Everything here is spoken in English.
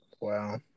Wow